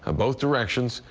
ah both directions.